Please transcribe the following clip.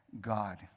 God